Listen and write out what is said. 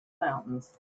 mountains